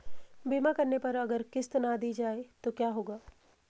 बीमा करने पर अगर किश्त ना दी जाये तो क्या होगा?